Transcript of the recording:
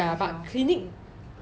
but Clinique